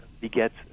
begets